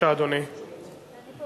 שר